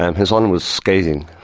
um his honour was scathing.